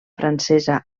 francesa